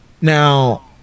Now